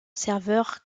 serveur